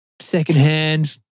Secondhand